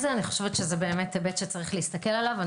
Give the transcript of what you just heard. זה היבט שיש להסתכל עליו.